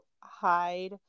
hide